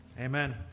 Amen